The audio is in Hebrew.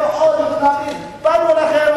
באנו אליכם,